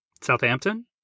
Southampton